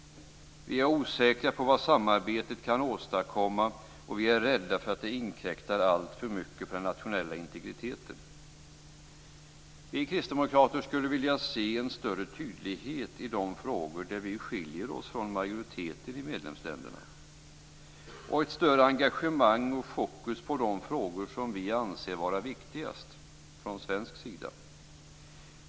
Vi är osäkra på vad samarbetet kan åstadkomma, och vi är rädda för att det inkräktar alltför mycket på den nationella integriteten. Vi kristdemokrater skulle vilja se en större tydlighet i de frågor där vi skiljer oss från majoriteten i medlemsländerna liksom ett större engagemang och mera av fokus på de frågor som vi anser vara viktigast från svensk sida.